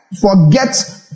forget